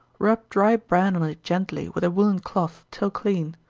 rub dry bran on it gently, with a woollen cloth, till clean.